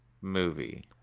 movie